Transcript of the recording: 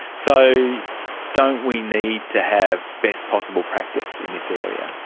so don't we need to have best possible practice in this area?